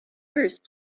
first